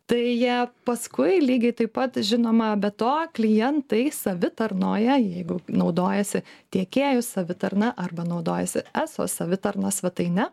tai jie paskui lygiai taip pat žinoma be to klientai savitarnoje jeigu naudojasi tiekėjų savitarna arba naudojasi eso savitarnos svetaine